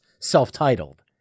Self-Titled